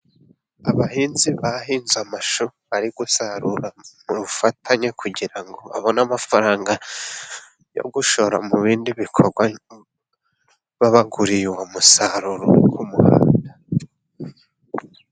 Abahinzi bahinze amashu bari gusarura urufatanye kugira ngo babone amafaranga yo gushora mu bindi bikorwa. Babaguriye uwo musaruro ku muhanda.